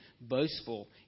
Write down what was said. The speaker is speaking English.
boastful